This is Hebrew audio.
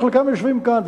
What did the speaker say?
חלקם יושבים כאן,